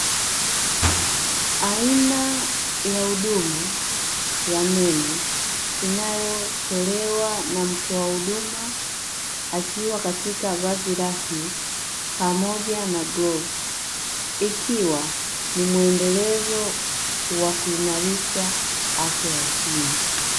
Aina ya huduma ya meno inayotolewa na mtoa huduma akiwa katika vazi rasmi pamoja na glavu. Ikiwa ni mwendelezo wa kuimarisha afya ya kinywa.